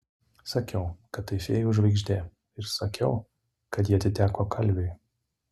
sakiau kad tai fėjų žvaigždė ir sakiau kad ji atiteko kalviui